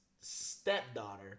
stepdaughter